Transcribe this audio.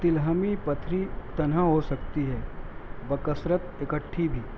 تلحمی پتھری تنہا ہوسکتی ہے بکثرت اکٹھی بھی